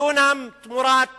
דונם תמורת דונם,